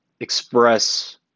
express